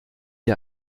ihr